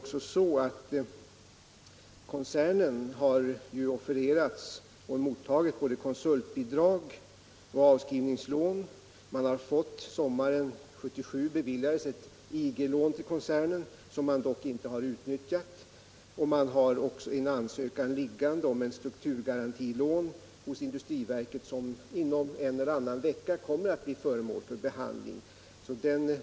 Koncernen har offererats och mottagit både konsultbidrag och avskrivningslån. Sommaren 1977 beviljades ett IG-lån till koncernen, som företaget dock inte utnyttjat. Företaget har också en ansökan om ett strukturgarantilån liggande hos industriverket. Den kommer att bli föremål för behandling inom en eller annan vecka.